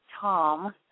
Tom